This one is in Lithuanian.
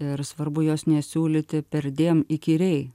ir svarbu jos nesiūlyti perdėm ikyriai